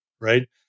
right